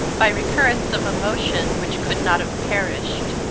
by recurrence of emotion which could not have perished,